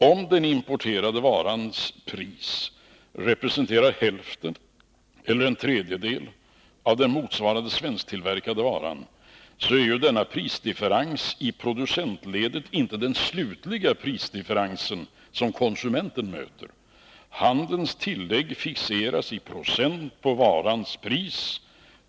Om den importerade varans pris utgör hälften eller en tredjedel av den motsvarande svensktillverkade varan, så är denna prisdifferens i producentledet inte den slutliga prisdifferens som konsumenten möter. Handelns tillägg fixeras i procent på varans pris.